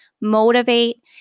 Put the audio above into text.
motivate